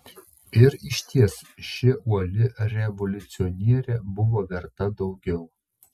ir išties ši uoli revoliucionierė buvo verta daugiau